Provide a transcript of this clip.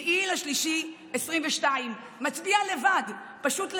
7 במרץ 2022, מצביע לבד, פשוט לבד,